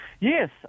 Yes